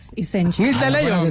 essentially